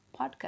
Podcast